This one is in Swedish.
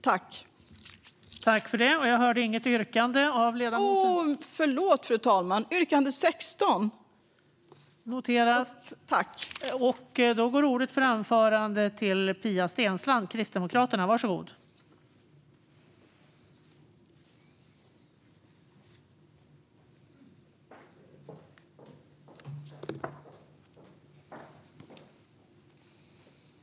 Jag yrkar bifall till reservation 16.